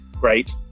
Great